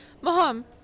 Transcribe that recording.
Mom